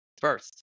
first